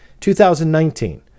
2019